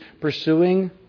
pursuing